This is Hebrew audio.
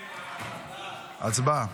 הצבעה.